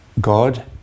God